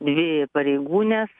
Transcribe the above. dvi pareigūnės